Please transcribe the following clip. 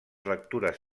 lectures